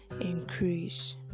increase